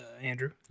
Andrew